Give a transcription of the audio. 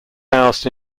housed